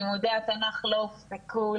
לימודי התנ"ך לא הופסקו.